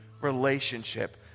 relationship